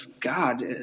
God